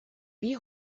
wie